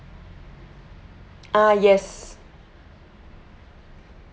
ah yes